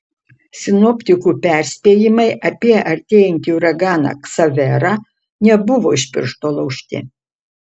sinoptikų perspėjimai apie artėjantį uraganą ksaverą nebuvo iš piršto laužti